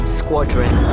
squadron